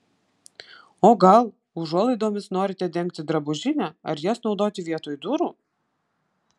o gal užuolaidomis norite dengti drabužinę ar jas naudoti vietoj durų